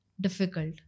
difficult